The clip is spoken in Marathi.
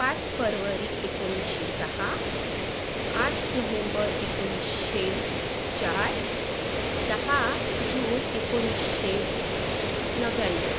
पाच फरवरी एकोणीसशे सहा आठ नोहेंबर एकोणीसशे चार दहा जून एकोणीसशे नव्याण्णव